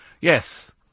Yes